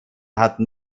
hatten